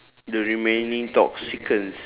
the remaining toxicals